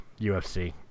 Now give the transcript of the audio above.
UFC